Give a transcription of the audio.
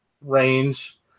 range